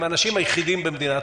האנשים האלה הם האנשים היחידים במדינת